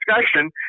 discussion